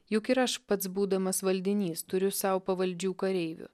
juk ir aš pats būdamas valdinys turiu sau pavaldžių kareivių